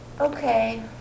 Okay